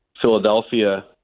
Philadelphia